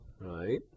right